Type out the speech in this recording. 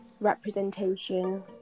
representation